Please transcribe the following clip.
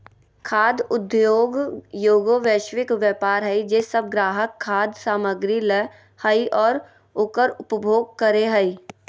खाद्य उद्योगएगो वैश्विक व्यापार हइ जे सब ग्राहक खाद्य सामग्री लय हइ और उकर उपभोग करे हइ